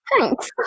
Thanks